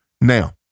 Now